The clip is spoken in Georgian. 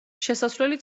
შესასვლელი